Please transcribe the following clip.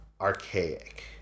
archaic